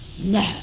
No